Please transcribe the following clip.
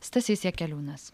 stasys jakeliūnas